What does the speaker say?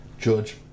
George